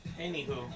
Anywho